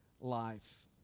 life